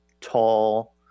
tall